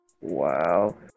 Wow